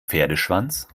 pferdeschwanz